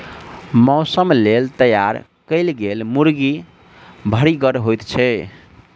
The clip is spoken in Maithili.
मौसक लेल तैयार कयल गेल मुर्गी भरिगर होइत छै